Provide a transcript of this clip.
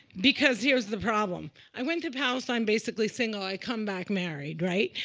because here's the problem. i went to palestine basically single. i come back married, right?